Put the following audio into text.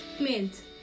Mint